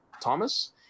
Thomas